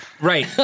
Right